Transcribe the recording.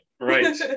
Right